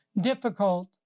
difficult